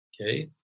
okay